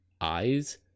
eyes